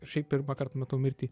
šiaip pirmąkart matau mirtį